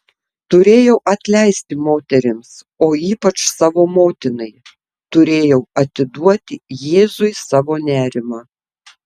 turėjau atleisti moterims o ypač savo motinai turėjau atiduoti jėzui savo nerimą